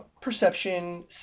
perception